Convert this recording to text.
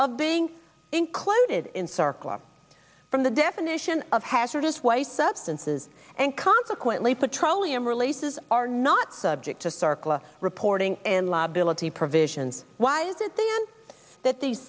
of being included in circle or from the definition of hazardous waste substances and consequently petroleum releases are not subject to circle of reporting and liability provisions why is it then that the